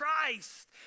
Christ